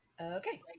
Okay